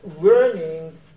learning